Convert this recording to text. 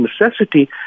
necessity